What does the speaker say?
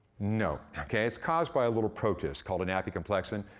no, okay, it's caused by a little protist called an apicomplexan.